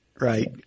right